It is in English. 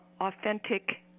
authentic